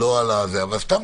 סתם,